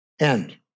end